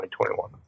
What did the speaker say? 2021